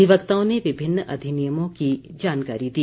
अधिवक्ताओं ने विभिन्न अधिनियमों की जानकारी दी